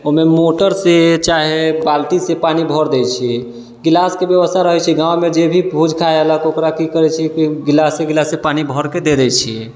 ओहिमे मोटरसँ चाहे बाल्टीसँ पानि भर दै छियै गिलासके व्यवस्था रहै छै गाँवमे जे भी भोज खाय ऐलक ओकरा की करै छै कि गिलासे गिलासे पानि भरके दे दै छियै